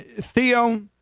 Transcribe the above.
Theo